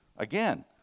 Again